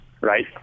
right